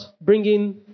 bringing